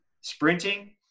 sprinting